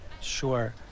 Sure